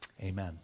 Amen